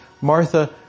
Martha